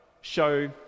show